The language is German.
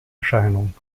erscheinung